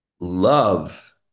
love